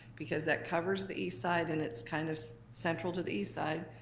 because that covers the east side and it's kind of central to the east side.